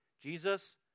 Jesus